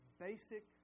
basic